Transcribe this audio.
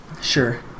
Sure